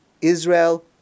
Israel